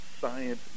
science